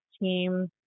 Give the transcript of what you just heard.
team